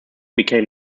became